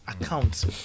accounts